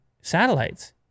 satellites